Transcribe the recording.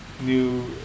New